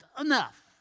enough